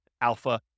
alpha